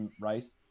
rice